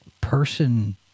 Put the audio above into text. person